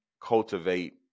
cultivate